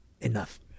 enough